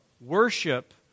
Worship